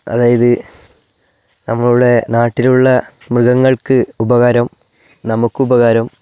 അതായത് നമ്മളുടെ നാട്ടിലുള്ള മൃഗങ്ങൾക്ക് ഉപകാരം നമുക്കുപകാരം